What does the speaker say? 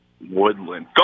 Woodland